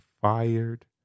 fired